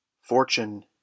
Fortune